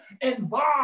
involved